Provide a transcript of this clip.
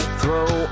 throw